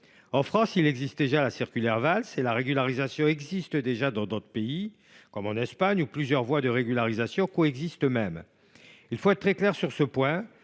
En France, la circulaire Valls est en vigueur, et la régularisation existe déjà dans d’autres pays, comme en Espagne, où plusieurs voies de régularisation coexistent même. Il faut être très clair sur ce point